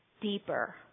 deeper